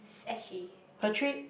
S G D